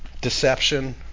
deception